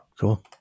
cool